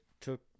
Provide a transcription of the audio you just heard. took